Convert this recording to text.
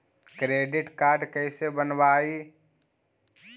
Credit card कैसे बनवाई?